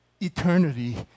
eternity